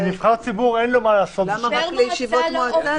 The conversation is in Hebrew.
למה רק לישיבות מועצה?